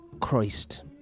Christ